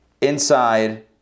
inside